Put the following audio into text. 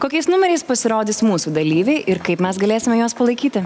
kokiais numeriais pasirodys mūsų dalyviai ir kaip mes galėsime juos palaikyti